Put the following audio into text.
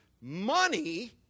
Money